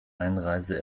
einreise